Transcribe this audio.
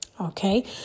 Okay